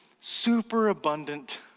superabundant